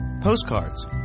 postcards